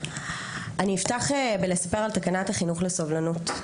אני אפתח בלספר על תקנת החינוך לסובלנות,